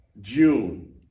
June